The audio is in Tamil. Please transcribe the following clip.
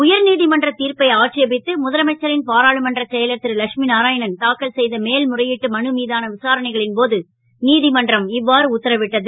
உயர்நீ மன்ற திர்ப்பை ஆட்சேபித்து முதலமைச்சரின் பாராளுமன்றச் செயலர் ரு லட்சுமி நாராயணன் தாக்கல் செ த மேல் முறையீட்டு மனு மீதான விசாரணைகளின் போது நீ மன்றம் இன்று இ வாறு உத்தரவிட்டது